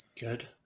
Good